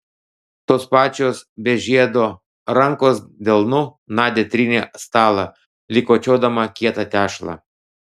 tos pačios be žiedo rankos delnu nadia trynė stalą lyg kočiodama kietą tešlą